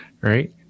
right